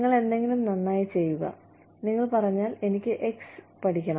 നിങ്ങൾ എന്തെങ്കിലും നന്നായി ചെയ്യുക നിങ്ങൾ പറഞ്ഞാൽ എനിക്ക് എക്സ് പഠിക്കണം